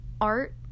art